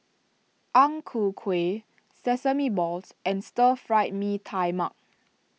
Ang Ku Kueh Sesame Balls and Stir Fry Mee Tai Mak